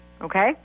okay